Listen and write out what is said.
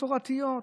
מסורתיות,